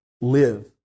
live